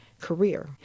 career